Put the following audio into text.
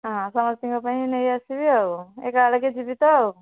ହଁ ସମସ୍ତିଙ୍କ ପାଇଁ ନେଇ ଆସିବି ଆଉ ଏକା ବେଳକେ ଯିବି ତ ଆଉ